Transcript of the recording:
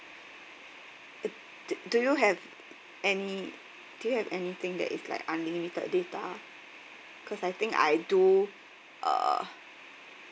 d~ do you have any do you have anything that is like unlimited data cause I think I do uh